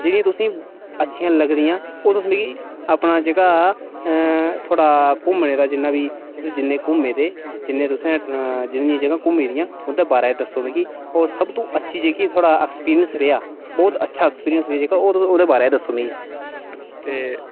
जेह्ड़ियां तुसेंगी अच्छियां लगदियां ओह् तुस मिगी अपना जेह्का थोहाड़ा घुमने दा जिन्ना बी तुस जिने घुमे दे जिन्नियां जगह घुम्मी दियां उं'दे बारै च दस्सो मिगी सब तो अच्छी जेह्ड़ा एक्सपीरियंस रेहा बहुत अच्छा एक्सपीरियंस होर ओदे बारै च दस्सो मिगी ते